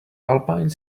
alpine